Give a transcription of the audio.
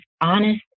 honest